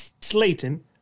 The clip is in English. Slayton